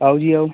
ਆਓ ਜੀ ਆਓ